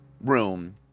room